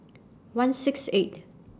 one six eight